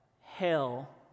hell